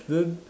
then